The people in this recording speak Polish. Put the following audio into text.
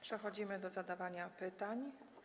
Przechodzimy do zadawania pytań.